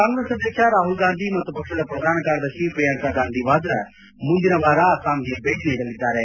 ಕಾಂಗ್ರೆಸ್ ಅಧ್ಯಕ್ಷ ರಾಹುಲ್ ಗಾಂಧಿ ಮತ್ತು ಪಕ್ಷದ ಪ್ರಧಾನ ಕಾರ್ಯದರ್ಶಿ ಪ್ರಿಯಾಂಕಗಾಂಧಿ ವಾದ್ರಾ ಮುಂದಿನ ವಾರ ಅಸ್ಲಾಂಗೆ ಭೇಟ ನೀಡಲಿದ್ದಾರೆ